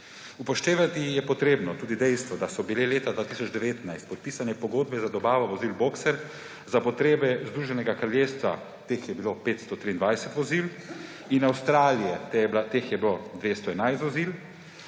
Upoštevati je treba tudi dejstvo, da so bile leta 2019 podpisane pogodbe za dobavo vozil boxer za potrebe Združenega kraljestva, teh je bilo 523 vozil, in Avstralije, teh je bilo 211 vozil,